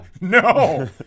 no